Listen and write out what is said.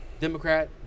Democrat